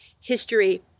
history